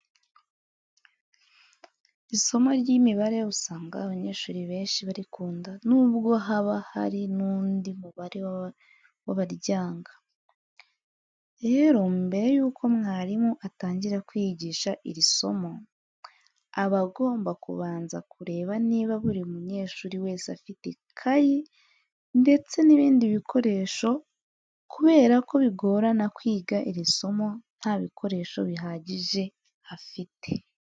Isomo ry'imibare usanga abanyeshuri benshi barikunda nubwo haba hari n'undi mubare w'abaryanga. Rero mbere yuko mwarimu atangira kwigisha iri somo, aba agomba kubanza kureba niba buri munyeshuri wese afite ikayi ndetse n'ibindi bikoresho kubera ko bigorana kwiga iri somo nta bikoresho bihagije ufite.